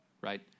right